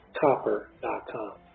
copper.com